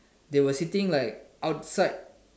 they were sitting like outside